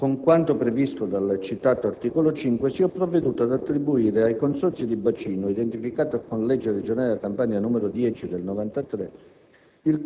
con quanto previsto dal citato articolo 5, si è provveduto ad attribuire ai Consorzi di bacino, identificati con legge regionale della Campania n. 10 del 1993,